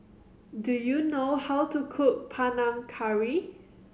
do you know how to cook Panang Curry